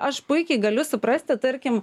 aš puikiai galiu suprasti tarkim